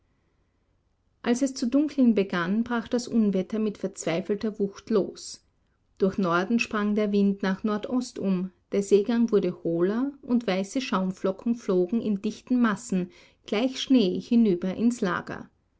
als es zu dunkeln begann brach das unwetter mit verzweifelter wucht los durch norden sprang der wind nach nordost um der seegang wurde hohler und weiße schaumflocken flogen in dichten massen gleich schnee hinüber ins lager